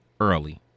early